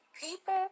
people